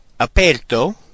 Aperto